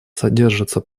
содержится